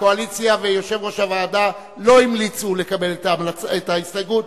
הקואליציה ויושב-ראש הוועדה לא המליצו לקבל את ההסתייגות.